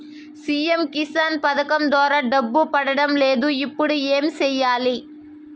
CM Kisan పథకం ద్వారా డబ్బు పడడం లేదు ఇప్పుడు ఏమి సేయాలి